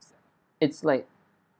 it's like